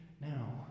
Now